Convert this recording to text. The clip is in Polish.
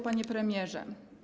Panie Premierze!